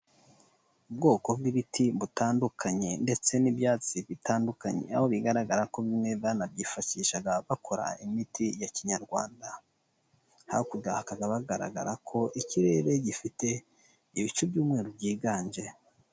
Ubwoko bw'ibiti butandukanye ndetse n'ibyatsi bitandukanye aho bigaragara ko bimwe banabyifashishaga bakora imiti ya kinyarwanda, hakurya hakaba hagaragara ko ikirere gifite ibicu by'umweru byiganje.